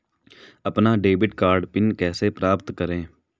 अपना debit card pin कैसे प्राप्त करें?